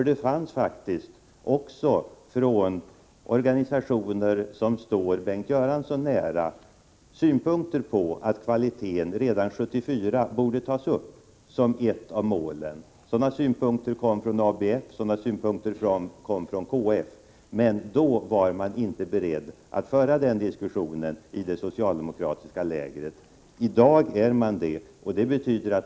Det fanns faktiskt, också från organisationer som står Bengt Göransson nära, redan 1974 önskemål om att kvaliteten skulle tas upp som ett av målen. Sådana synpunkter framfördes från ABF och KF. Då var man i det socialdemokratiska lägret inte beredd att föra den diskussionen. I dag är man det.